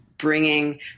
bringing